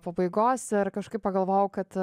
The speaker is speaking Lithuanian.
pabaigos ir kažkaip pagalvojau kad